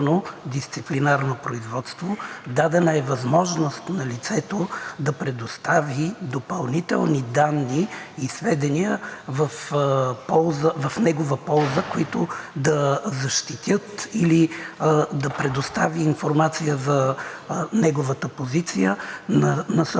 Дадена е възможност на лицето да предостави допълнителни данни и сведения в негова полза, които да защитят или да предостави информация за неговата позиция. Насрочено